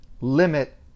limit